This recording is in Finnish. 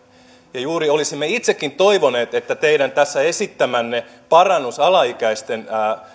juuri olisimme itsekin toivoneet että teidän tässä esittämänne parannus alaikäisten